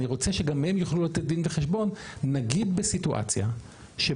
אני רוצה שגם הם יוכלו לתת דין וחשבון נגיד בסיטואציה שבה